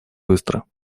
быстро